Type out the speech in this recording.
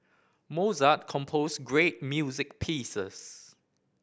Mozart composed great music pieces